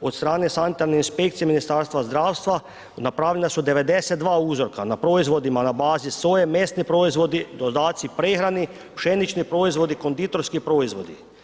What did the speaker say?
od strane sanitarne inspekcije Ministarstva zdravstva napravljena su 82 uzorka, na proizvodima na bazi soje, mesni proizvodi, dodaci prehrani, pšenični proizvodi, konditorski proizvodi.